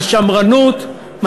על שמרנות,